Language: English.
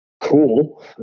cool